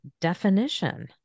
definition